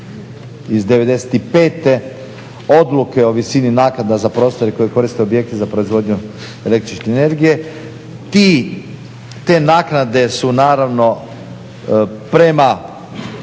iz 95. Odluke o visini naknada za prostore koje koriste objekti za proizvodnju električne energije. Te naknade su naravno prema